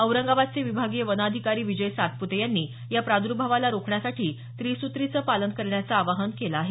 औरंगाबादचे विभागीय वन अधिकारी विजय सातपुते यांनी या प्रादर्भावाला रोखण्यासाठी त्रिसुत्रीचं पालन करण्याचं आवाहन केलं आहे